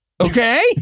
Okay